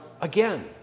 again